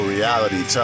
Reality